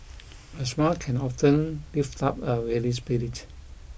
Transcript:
a smile can often lift up a weary spirit